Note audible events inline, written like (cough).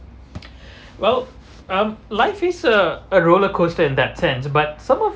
(breath) well um life is uh a roller coaster in that sense but some of